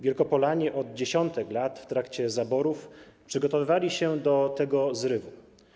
Wielkopolanie od dziesiątków lat w trakcie zaborów przygotowywali się do tego zrywu.